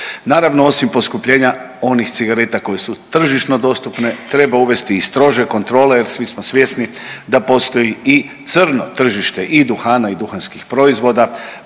Naravno osim poskupljenja onih cigareta koje su tržišno dostupne treba uvesti i strože kontrole jer svi smo svjesni da postoji i crno tržište i duhana i duhanskih proizvoda,